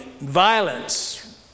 violence